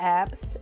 apps